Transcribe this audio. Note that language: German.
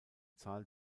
zahl